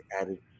added